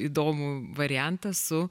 įdomų variantą su